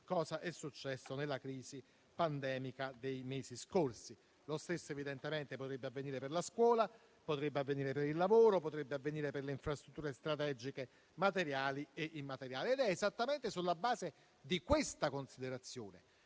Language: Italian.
cos'è successo nella crisi pandemica dei mesi scorsi). Lo stesso, evidentemente, potrebbe avvenire per la scuola, per il lavoro e per le infrastrutture strategiche materiali e immateriali. È esattamente sulla base di questa considerazione,